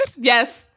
yes